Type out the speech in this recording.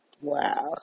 Wow